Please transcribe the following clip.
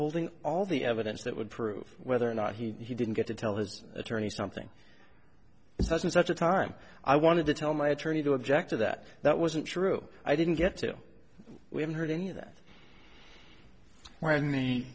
holding all the evidence that would prove whether or not he didn't get to tell his attorney something it wasn't such a time i wanted to tell my attorney to object to that that wasn't true i didn't get so we haven't heard any of that when